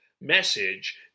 message